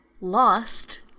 Lost